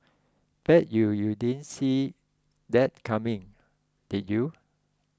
bet you you didn't see that coming did you